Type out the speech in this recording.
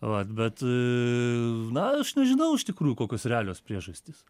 vat bet na aš nežinau iš tikrųjų kokios realios priežastys